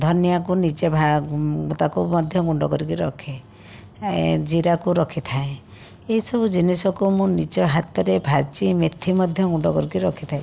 ଧନିଆକୁ ନିଜେ ତାକୁ ମଧ୍ୟ ଗୁଣ୍ଡ କରିକି ରଖେ ଏ ଜିରାକୁ ରଖିଥାଏ ଏଇସବୁ ଜିନିଷକୁ ମୁଁ ନିଜ ହାତରେ ଭାଜି ମେଥି ମଧ୍ୟ ଗୁଣ୍ଡ କରିକି ରଖିଥାଏ